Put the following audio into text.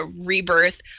rebirth